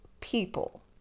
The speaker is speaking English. people